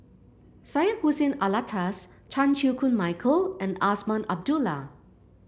Syed Hussein Alatas Chan Chew Koon Michael and Azman Abdullah